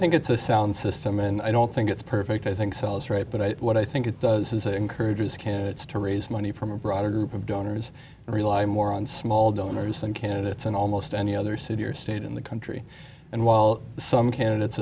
think it's a sound system and i don't think it's perfect i think sells right but i what i think it does is it encourages candidates to raise money from a broader group of donors and rely more on small donors and candidates and almost any other city or state in the country and while some candidates